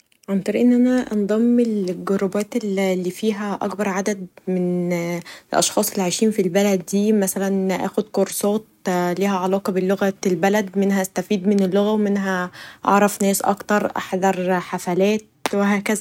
عن طريق أن أنا انضم للجروبات اللي فيها اكبر عدد من الأشخاص اللي عايشين في البلد دي ، مثلا اخد كورسات بلغه البلد منها أستفيد من اللغه و منها اعرف ناس اكتر ،احضر حفلات و هكذا.